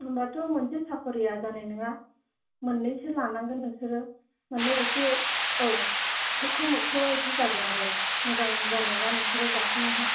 होमब्लाथ' मोनसे साफारिया जानाय नङा मोननैसो लानांगोन नोंसोरो माने एसे औ सोखो मोखो इदि जागोन आरो मोजां जानाय नङा नोंसोरो गाखोनोहाय